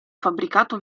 fabbricato